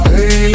Hey